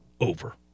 over